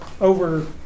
over